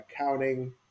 accounting